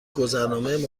گذرنامه